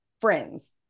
friends